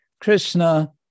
Krishna